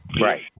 Right